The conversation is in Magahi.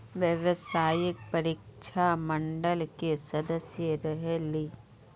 व्यावसायिक परीक्षा मंडल के सदस्य रहे ली?